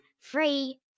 free